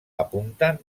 apunten